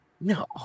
no